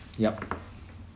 yup